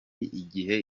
igihe